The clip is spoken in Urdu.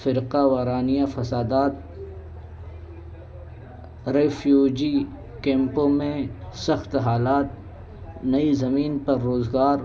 فرقہ وارانہ فسادات ریفیوجی کیمپوں میں سخت حالات نئی زمین پر روزگار